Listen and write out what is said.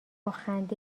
خنده